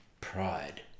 pride